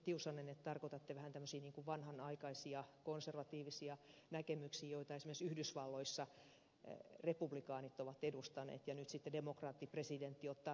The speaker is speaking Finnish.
tiusanen että tarkoitatte vähän tämmöisiä vanhanaikaisia konservatiivisia näkemyksiä joita esimerkiksi yhdysvalloissa republikaanit ovat edustaneet ja nyt sitten demokraattinen presidentti ottaa toisenlaisen näkemyksen